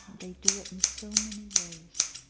they do it in so many ways.